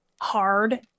hard